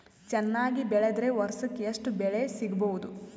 ಚೆನ್ನಾಗಿ ಬೆಳೆದ್ರೆ ವರ್ಷಕ ಎಷ್ಟು ಬೆಳೆ ಸಿಗಬಹುದು?